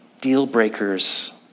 deal-breakers